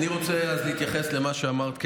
אני רוצה להתייחס למה שאמרת,